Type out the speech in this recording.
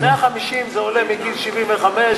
150 זה עולה מגיל 75,